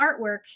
artwork